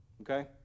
okay